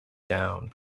down